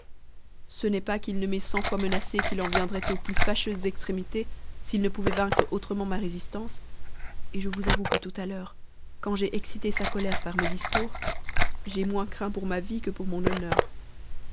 ce n'est pas qu'il ne m'ait cent fois menacée qu'il en viendrait aux plus fâcheuses extrémités s'il ne pouvait vaincre autrement ma résistance et je vous avoue que tout à l'heure quand j'ai excité sa colère par mes discours j'ai moins craint pour ma vie que pour mon honneur